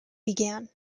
began